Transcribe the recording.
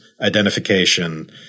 identification